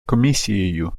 комісією